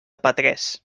petrés